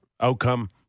outcome